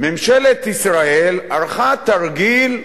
ממשלת ישראל ערכה תרגיל עורף,